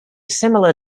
similar